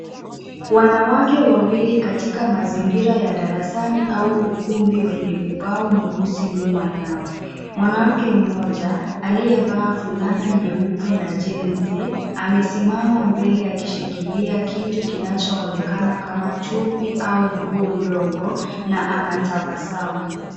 Wanawake wawili katika mazingira ya darasani au ukumbi wenye ubao mweusi nyuma yao. Mwanamke mmoja, aliyevaa fulana nyeupe na jinzi, amesimama mbele akishikilia kitu kinachoonekana kama chupi au nguo ndogo, na anatabasamu.